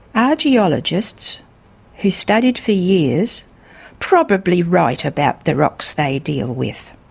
are geologists who studied for years probably right about the rocks they deal with?